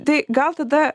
tai gal tada